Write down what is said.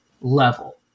level